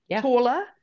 taller